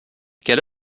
quelle